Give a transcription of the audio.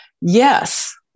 Yes